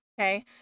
okay